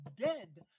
dead